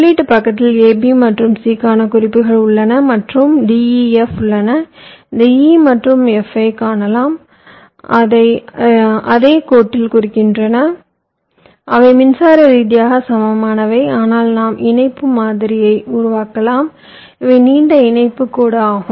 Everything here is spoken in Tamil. உள்ளீட்டு பக்கத்தில் A B மற்றும் C க்கான குறிப்புகள் உள்ளன மற்றும் D E F உள்ளன இந்த E மற்றும் F ஐக் காணலாம் அவை அதே கோட்டைக் குறிக்கின்றன அவை மின்சார ரீதியாக சமமானவை ஆனால் நாம் இணைப்பு மாதிரியை உருவாக்கலாம் இவை நீண்ட இணைப்புக் கோடு ஆகும்